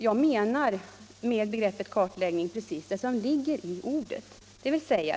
Jag menar med begreppet kartläggning precis det som ligger i ordet.